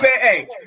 hey